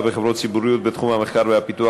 בחברות ציבוריות בתחום המחקר והפיתוח),